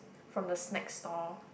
from the snacks stall